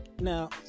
now